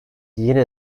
yine